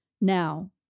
Now